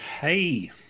Hey